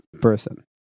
person